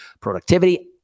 productivity